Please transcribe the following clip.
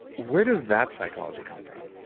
where does that psychology come from?